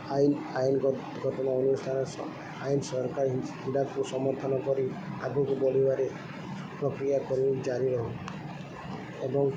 ଆଇନ ଆଇନ ଘଟଣା ଅନୁଷ୍ଠାନ ଆଇନ ସରକାର କ୍ରୀଡ଼ାକୁ ସମର୍ଥନ କରି ଆଗକୁ ବଢ଼ିବାରେ ପ୍ରକ୍ରିୟା କରି ଜାରି ରହୁ ଏବଂ